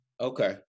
Okay